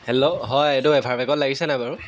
hello হয় এইটো বেগত লাগিছে নাই বাৰু